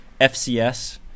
FCS